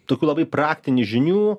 tokių labai praktinių žinių